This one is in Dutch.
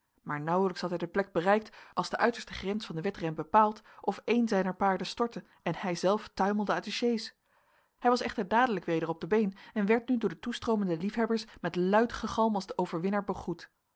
maar nauwelijks had hij de plek bereikt als de uiterste grens van den wedren bepaald of een zijner paarden stortte en hij zelf tuimelde uit de sjees hij was echter dadelijk weder op de been en werd nu door de toestroomende liefhebbers met luid gegalm als overwinnaar begroet